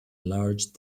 large